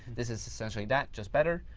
this is essentially that just better.